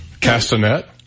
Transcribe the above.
Castanet